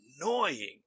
annoying